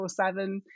24-7